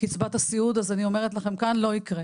בקצבת הסיעוד, אז אני אומרת לכם כאן, לא יקרה.